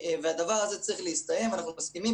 הדבר הזה צריך להסתיים, אנחנו מסכימים.